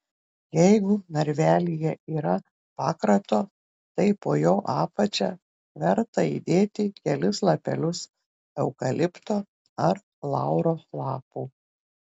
jeigu narvelyje yra pakrato tai po jo apačia verta įdėti kelis lapelius eukalipto ar lauro lapų